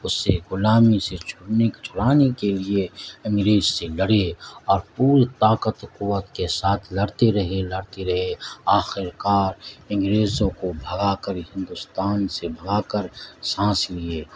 اس سے غلامی سے چنے چھڑانے کے لیے انگریز سے لڑے اور پور طاقت و قوت کے ساتھ لڑتے رہے لڑتے رہے آخرکار انگریزوں کو بھگا کر ہندوستان سے بھگا کر سانس لیے